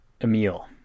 emil